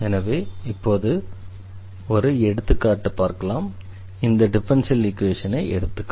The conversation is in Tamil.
எனவே இப்போது மற்றுமொரு எடுத்துக்காட்டை பார்க்கலாம் இந்த டிஃபரன்ஷியல் ஈக்வேஷனை எடுக்கலாம்